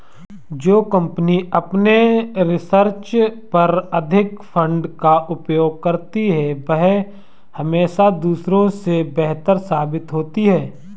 जो कंपनी अपने रिसर्च पर अधिक फंड का उपयोग करती है वह हमेशा दूसरों से बेहतर साबित होती है